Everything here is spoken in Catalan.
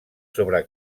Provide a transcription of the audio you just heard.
sobre